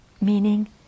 Meaning